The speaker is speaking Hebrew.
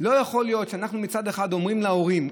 לא יכול להיות שאנחנו מצד אחד אומרים להורים,